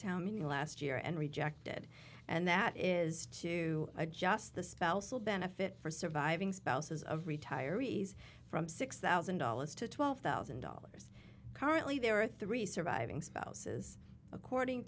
the last year and rejected and that is to adjust the spouse will benefit for surviving spouses of retirees from six thousand dollars to twelve thousand dollars currently there are three surviving spouses according